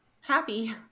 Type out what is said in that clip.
Happy